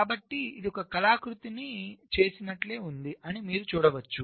కాబట్టి ఇది ఒక కళాకృతిని చేసినట్లే ఉంది అని మీరు చూడవచ్చు